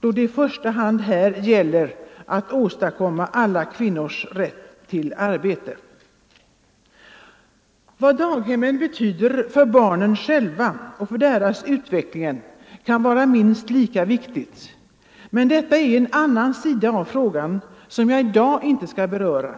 då det här i första hand gäller att åstadkomma alla kvinnors rätt till arbete. Vad daghemmen betyder för barnen själva och för deras utveckling kan vara minst lika viktigt — men det är en annan sida av frågan, och den skall jag inte beröra i dag.